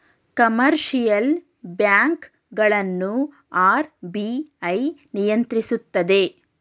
commercial bank ಗಳನ್ನು RBI ನಿಯಂತ್ರಿಸುತ್ತದೆ